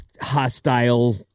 hostile